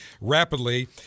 rapidly